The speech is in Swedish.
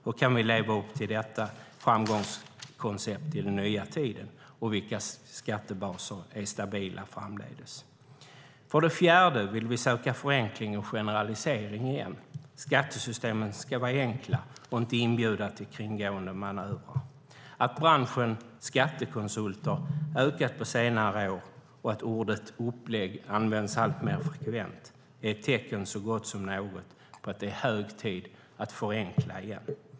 Hur kan vi leva upp till detta framgångskoncept i den nya tiden, och vilka skattebaser är stabila framdeles? För det fjärde vill vi söka förenkling och generalisering igen. Skattesystemen ska vara enkla och inte inbjuda till kringgående manövrer. Att branschen skattekonsulter har ökat på senare år och att ordet "upplägg" används alltmer frekvent är ett tecken så gott som något på att det är hög tid att förenkla igen.